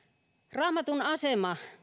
raamatun asema